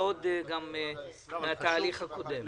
זה עוד מהתהליך הקודם.